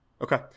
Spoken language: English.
okay